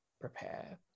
prepare